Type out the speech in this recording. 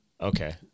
Okay